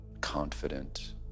confident